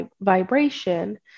vibration